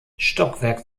stockwerk